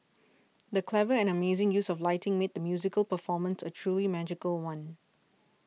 the clever and amazing use of lighting made the musical performance a truly magical one